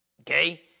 Okay